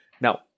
Now